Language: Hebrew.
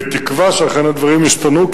בתקווה שאכן הדברים ישתנו,